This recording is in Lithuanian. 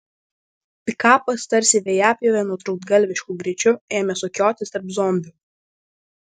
pikapas tarsi vejapjovė nutrūktgalvišku greičiu ėmė sukiotis tarp zombių